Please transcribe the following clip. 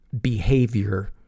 behavior